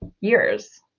years